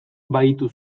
bahitu